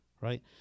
right